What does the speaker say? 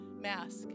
mask